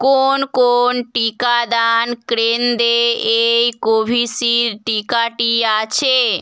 কোন কোন টিকাদান কেন্দ্রে এই কোভিশিল্ড টিকাটি আছে